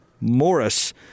Morris